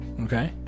Okay